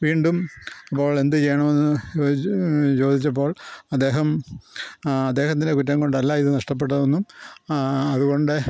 വീണ്ടും അപ്പോൾ എന്ത് ചെയ്യണമെന്ന് ചോദിച്ചപ്പോൾ അദ്ദേഹം അദ്ദേഹത്തിൻ്റെ കുറ്റം കൊണ്ടല്ല ഇത് നഷ്ട്ടപ്പെട്ടതെന്നും അതുകൊണ്ട്